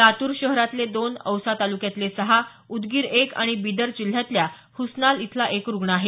लातूर शहरातले दोन औसा तालुक्यातले सहा उदगीर एक आणि बिदर जिल्ह्यातल्या हुसनाल इथला एक रुग्ण आहे